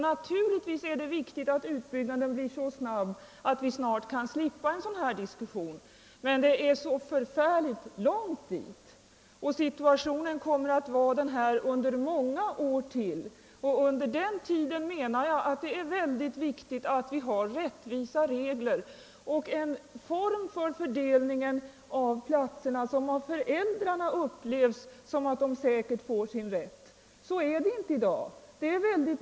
Naturligtvis är det viktigt att utbyggnaden blir så snabb att vi snart kan slippa en sådan här diskussion. Men det är ju så förfärligt långt dit! Dagens situation kommer att bestå under ytterligare många år. Under tiden är det mycket viktigt att vi har rättvisa regler och en form för fördelningen av platserna som av föräldrarna upplevs på ett sådant sätt att de känner att de med säkerhet får sin rätt. Så är det inte i dag.